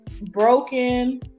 broken